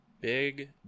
big